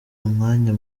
umwanya